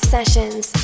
Sessions